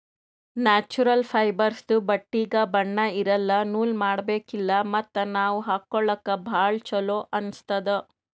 natural ಫೈಬರ್ಸ್ದು ಬಟ್ಟಿಗ್ ಬಣ್ಣಾ ಇರಲ್ಲ ನೂಲ್ ಮಾಡಬೇಕಿಲ್ಲ ಮತ್ತ್ ನಾವ್ ಹಾಕೊಳ್ಕ ಭಾಳ್ ಚೊಲೋ ಅನ್ನಸ್ತದ್